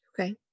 Okay